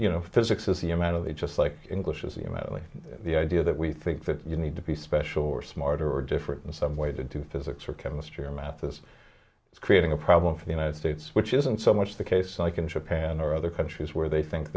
it just like english is the amount only the idea that we think that you need to be special or smarter or different in some way to do physics or chemistry or math is creating a problem for the united states which isn't so much the case like in japan or other countries where they think